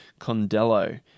Condello